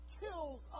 kills